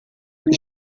que